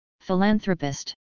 philanthropist